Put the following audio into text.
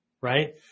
right